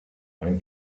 ein